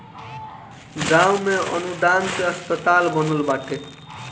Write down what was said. गांव में अनुदान से अस्पताल बनल बाटे